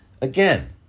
again